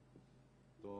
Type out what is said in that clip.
ממני, אותו